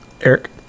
Eric